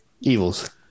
evils